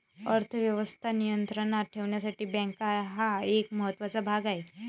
अर्थ व्यवस्था नियंत्रणात ठेवण्यासाठी बँका हा एक महत्त्वाचा भाग आहे